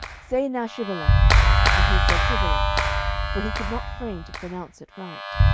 say now shibboleth and he said sibboleth for he could not frame to pronounce it right.